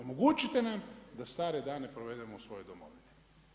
Omogućite nam da stare dane provedemo u svojoj Domovini.